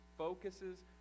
focuses